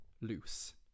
loose